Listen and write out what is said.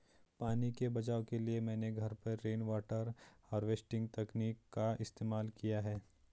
पानी के बचाव के लिए मैंने घर पर रेनवाटर हार्वेस्टिंग तकनीक का इस्तेमाल किया है